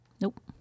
Nope